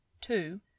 Two